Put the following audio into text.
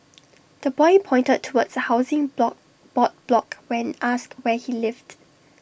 the boy pointed towards A housing block board block when asked where he lived